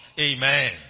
Amen